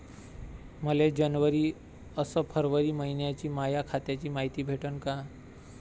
मले जनवरी अस फरवरी मइन्याची माया खात्याची मायती भेटन का?